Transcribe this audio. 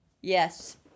Yes